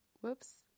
whoops